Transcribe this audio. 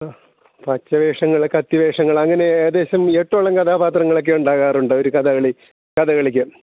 ആ പച്ച വേഷങ്ങൾ കത്തി വേഷങ്ങൾ അങ്ങനെ ഏകദേശം എട്ടോളം കഥാപാത്രങ്ങളൊക്കെ ഉണ്ടാകാറുണ്ട് ഒരു കഥകളി കഥകളിക്ക്